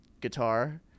guitar